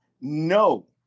No